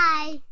Bye